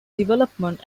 development